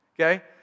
okay